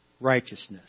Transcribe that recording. righteousness